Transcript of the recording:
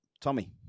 Tommy